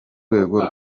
rwego